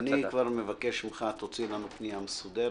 אני כבר מבקש שתוציא לנו פנייה מסודרת,